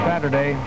Saturday